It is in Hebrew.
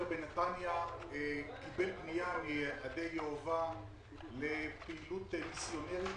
בנתניה שקיבל פנייה מעדי יהוה לפעילות מיסיונרית.